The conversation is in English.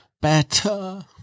Better